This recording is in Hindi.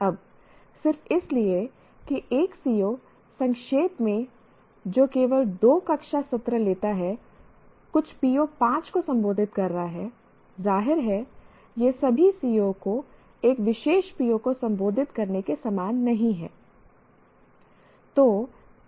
अब सिर्फ इसलिए कि एक CO संक्षेप में जो केवल दो कक्षा सत्र लेता है कुछ PO 5 को संबोधित कर रहा है जाहिर है यह सभी COs को एक विशेष PO को संबोधित करने के समान नहीं है